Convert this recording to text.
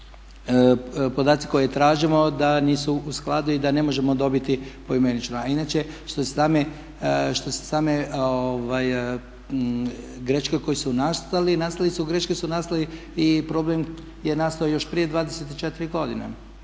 su podaci koje tražimo da nisu u skladu i da ih ne možemo dobiti poimenično. A inače što se same greške koje su nastali, greške su nastale i problem je nastao još prije 24 godine,